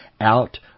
out